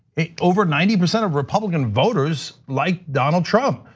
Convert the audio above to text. over ninety percent of republican voters like donald trump.